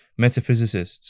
metaphysicists